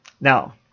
Now